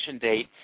date